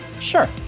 Sure